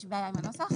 יש בעיה עם הנוסח?